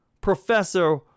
professor